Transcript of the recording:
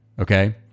okay